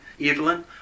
Evelyn